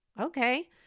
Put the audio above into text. Okay